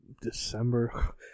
December